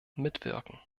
mitwirken